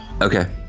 Okay